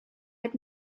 had